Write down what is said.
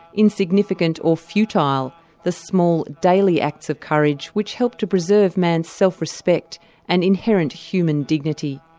insignificant or futile the small, daily acts of courage which help to preserve man's self respect and inherent human dignity.